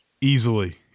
Easily